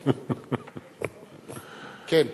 כן.